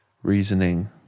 reasoning